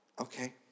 okay